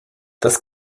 das